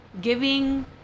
giving